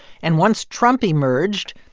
and once trump emerged,